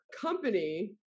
company